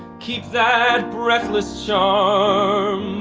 keep that breathless so